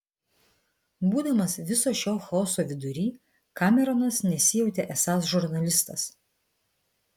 būdamas viso šio chaoso vidury kameronas nesijautė esąs žurnalistas